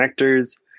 connectors